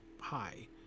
high